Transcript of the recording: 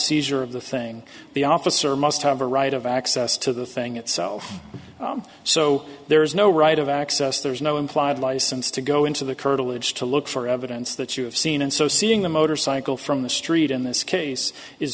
seizure of the thing the officer must have a right of access to the thing itself so there is no right of access there is no implied license to go into the curtilage to look for evidence that you have seen and so seeing the motorcycle from the street in this case is